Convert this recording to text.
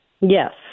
Yes